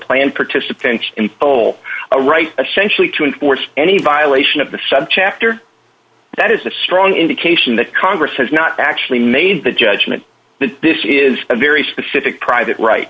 planned participating in poll a right essentially to enforce any violation of the subchapter that is a strong indication that congress has not actually made the judgment that this is a very specific private right